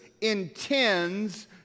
intends